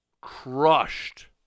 crushed